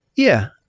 yeah.